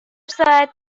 ساعت